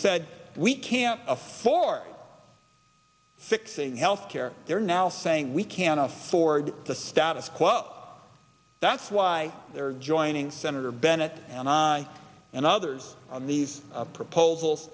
said we can't afford fixing health care they're now saying we can't afford the status quo that's why they're joining senator bennett and i and others on these proposals